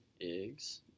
Eggs